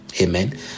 Amen